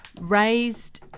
raised